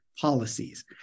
policies